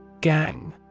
Gang